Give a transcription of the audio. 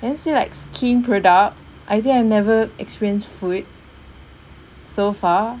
then say like skin product I think I've never experienced food so far